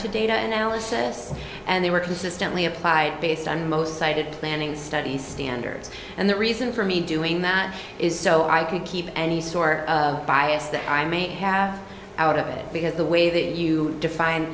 to data and analysis and they were consistently applied based on most cited planning studies standards and the reason for me doing that is so i could keep any sort of bias that i may have out of it because the way that you define